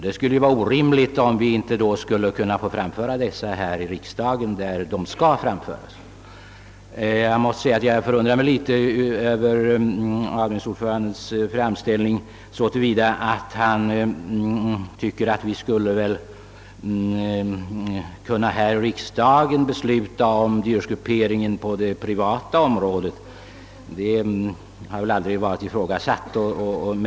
Det skulle ju vara orimligt, om vi då inte skulle få framföra dem här i riksdagen där de skall framföras. Jag måste säga att jag förundrar mig litet över avdelningsordförandens framställning när han talar om att vi här i riksdagen skulle besluta om dyrortsgrupperingen på det privata området. Det har väl aldrig varit ifrågasatt.